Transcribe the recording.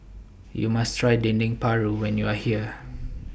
YOU must Try Dendeng Paru when YOU Are here